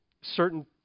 certain